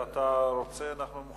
אם אתה רוצה, אנחנו מוכנים.